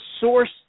source